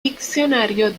diccionario